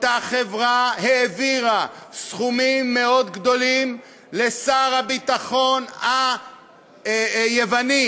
אותה חברה העבירה סכומים מאוד גדולים לשר הביטחון היווני,